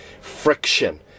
friction